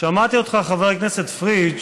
שמעתי אותך, חבר הכנסת פריג',